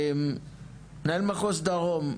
מנהל מחוז דרום,